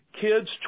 Kids